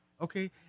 Okay